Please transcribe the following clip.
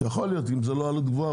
אם זה לא עלות גבוהה,